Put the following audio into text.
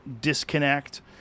disconnect